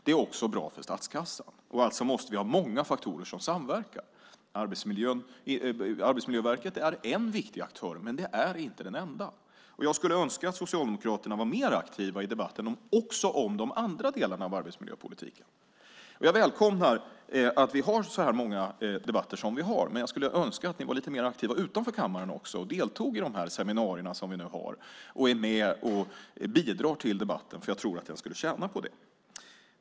Det är också bra för statskassan. Alltså måste vi ha många faktorer som samverkar. Arbetsmiljöverket är en viktig aktör, men det är inte den enda. Jag skulle önska att Socialdemokraterna var mer aktiva också i debatten om de andra delarna av arbetsmiljöpolitiken. Jag välkomnar att vi har så här många debatter, men jag skulle önska att ni var lite mer aktiva utanför kammaren också och deltog i de seminarier som vi har och bidrog till debatten. Jag tror att den skulle tjäna på det.